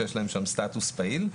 שיש להם שם סטטוס פעיל.